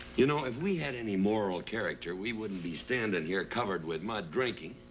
you know, if we had any moral character, we wouldn't be standing here, covered with mud, drinking.